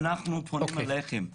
ואנחנו פונים אליכם.